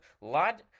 lot